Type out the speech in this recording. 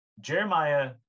Jeremiah